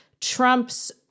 Trump's